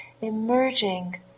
emerging